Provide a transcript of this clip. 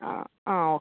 ആ ആ ഓക്കേ